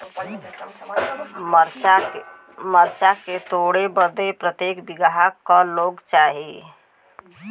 मरचा के तोड़ बदे प्रत्येक बिगहा क लोग चाहिए?